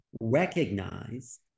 recognize